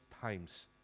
times